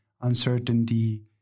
uncertainty